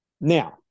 Now